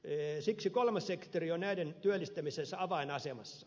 siksi kolmas sektori on näiden työllistämisessä avainasemassa